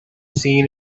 seen